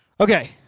Okay